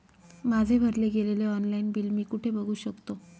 माझे भरले गेलेले ऑनलाईन बिल मी कुठे बघू शकतो?